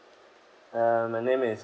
uh my name is